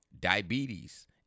diabetes